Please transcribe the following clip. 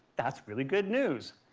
that's really good news.